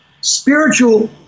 spiritual